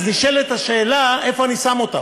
נשאלת השאלה איפה אני שם אותם.